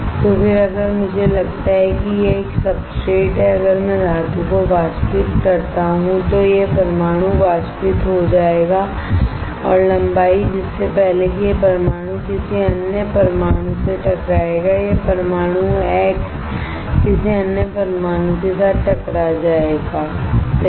तो फिर अगर मुझे लगता है कि यह एक सब्सट्रेट है अगर मैं धातु को वाष्पित करता हूं तो यह परमाणु वाष्पित हो जाएगा और लंबाई जिससे पहले कि यह परमाणु किसी अन्य परमाणु से टकराएगा यह परमाणु x किसी अन्य परमाणु के साथ टकरा जाएगा सही